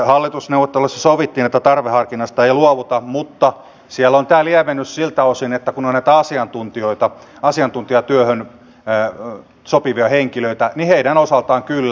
hallitusneuvotteluissa sovittiin että tarveharkinnasta ei luovuta mutta siellä on tämä lievennys siltä osin kun on näitä asiantuntijoita asiantuntijatyöhön sopivia henkilöitä heidän osaltaan se on kyllä